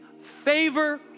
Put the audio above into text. favor